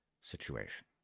situation